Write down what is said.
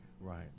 Right